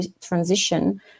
transition